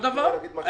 כל דבר.